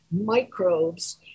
microbes